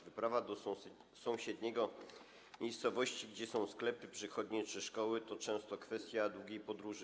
Wyprawa do sąsiedniej miejscowości, gdzie są sklepy, przychodnie czy szkoły, to często kwestia długiej podróży.